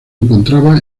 encontraba